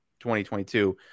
2022